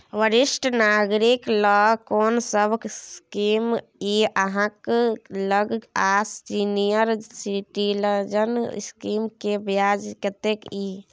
वरिष्ठ नागरिक ल कोन सब स्कीम इ आहाँ लग आ सीनियर सिटीजन स्कीम के ब्याज कत्ते इ?